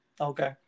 okay